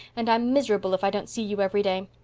and i'm miserable if i don't see you every day.